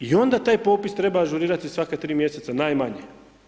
I onda taj popis treba ažurirati svaka tri mjeseca najmanje.